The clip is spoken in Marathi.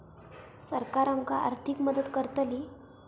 सरकार आमका आर्थिक मदत करतली?